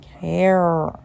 care